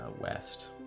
west